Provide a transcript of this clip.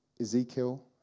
Ezekiel